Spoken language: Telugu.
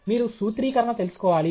మీరు సూత్రీకరణ తెలుసుకోవాలి